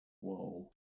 Whoa